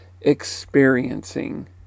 experiencing